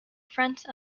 front